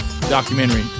documentary